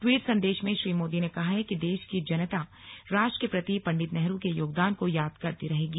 tweet संदेश में श्री मोदी ने कहा है कि देश की जनता राष्ट्र के प्रति पंडित नेहरू के योगदान को याद करती रहेगी